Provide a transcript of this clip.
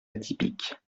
atypiques